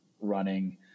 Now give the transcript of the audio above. running